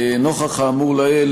נוכח האמור לעיל,